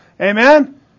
Amen